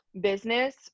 business